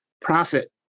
profit